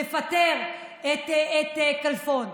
לפטר את כלפון,